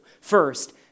first